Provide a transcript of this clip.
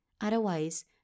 Otherwise